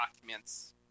documents